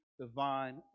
divine